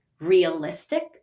realistic